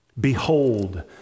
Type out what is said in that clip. Behold